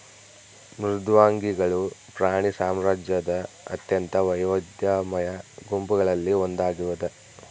ಮೃದ್ವಂಗಿಗಳು ಪ್ರಾಣಿ ಸಾಮ್ರಾಜ್ಯದ ಅತ್ಯಂತ ವೈವಿಧ್ಯಮಯ ಗುಂಪುಗಳಲ್ಲಿ ಒಂದಾಗಿದ